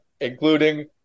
including